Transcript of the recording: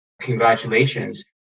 Congratulations